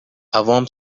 عوام